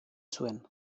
zuen